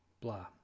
blah